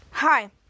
Hi